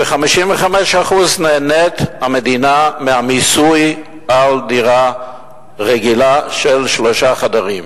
ש-55% המדינה נהנית מהמיסוי על דירה רגילה של שלושה חדרים.